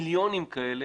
מיליונים כאלה,